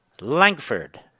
Langford